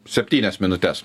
septynias minutes